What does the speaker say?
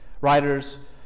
Writers